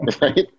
Right